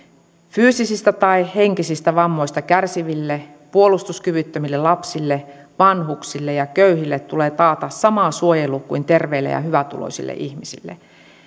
fyysisistä tai henkisistä vammoista kärsiville puolustuskyvyttömille lapsille vanhuksille ja köyhille tulee taata sama suojelu kuin terveille ja hyvätuloisille ihmisille